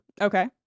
Okay